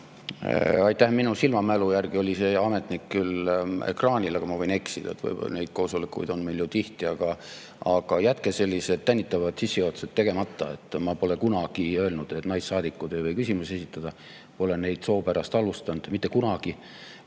Aitäh! Minu silmamälu järgi oli see ametnik küll ekraanil, aga ma võin eksida, neid koosolekuid on meil ju tihti. Aga jätke sellised tänitavad sissejuhatused tegemata. Ma pole kunagi öelnud, et naissaadikud ei või küsimusi esitada, ma pole soo pärast halvustanud, mitte kunagi.